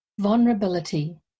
Vulnerability